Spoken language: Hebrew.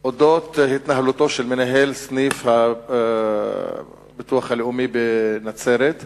על התנהלותו של מנהל סניף הביטוח הלאומי בנצרת,